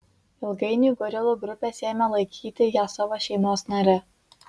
ilgainiui gorilų grupės ėmė laikyti ją savo šeimos nare